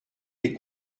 les